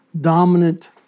dominant